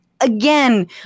again